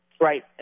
Right